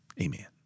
Amen